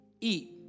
eat